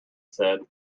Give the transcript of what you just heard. said